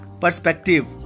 Perspective